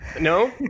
No